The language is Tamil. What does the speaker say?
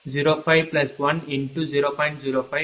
எனவே VDB200